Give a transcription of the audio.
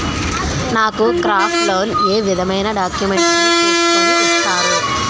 నాకు crop loan ఏ విధమైన డాక్యుమెంట్స్ ను చూస్కుని ఇస్తారు?